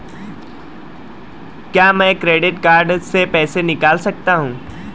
क्या मैं credit card से पैसे निकाल सकता हूँ?